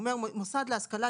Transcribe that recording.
הוא אומר: מוסד להשכלה,